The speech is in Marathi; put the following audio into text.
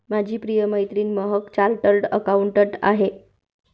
माझी प्रिय मैत्रीण महक चार्टर्ड अकाउंटंट आहे